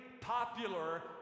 popular